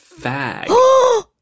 Fag